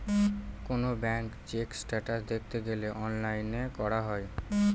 কোনো bank check status দেখতে গেলে অনলাইনে করা যায়